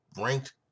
ranked